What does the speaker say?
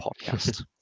podcast